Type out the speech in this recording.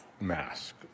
mask